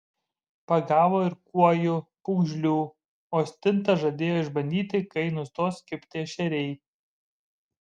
pagavo ir kuojų pūgžlių o stintas žadėjo išbandyti kai nustos kibti ešeriai